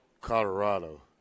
Colorado